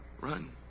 run